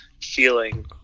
feeling